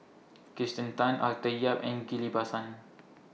Kirsten Tan Arthur Yap and Ghillie BaSan